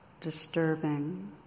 disturbing